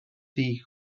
ddi